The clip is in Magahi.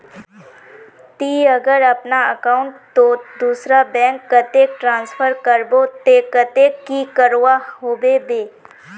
ती अगर अपना अकाउंट तोत दूसरा बैंक कतेक ट्रांसफर करबो ते कतेक की करवा होबे बे?